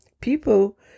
people